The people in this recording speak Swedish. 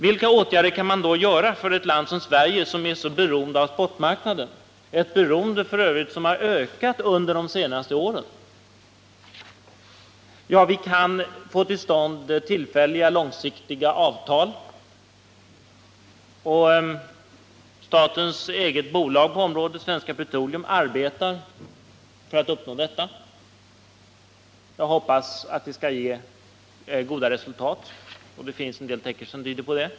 Vilka åtgärder kan då vidtas i ett land som Sverige som är så beroende av spotmarknaden, ett beroende som f. ö. har ökat under de senaste åren? Jo, vi kan få till stånd långsiktiga avtal. Statens eget bolag på området, Svenska Petroleum, arbetar för att uppnå detta. Jag hoppas att det skall ge goda resultat, och det finns en del som tyder på det.